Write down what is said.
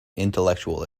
intellectual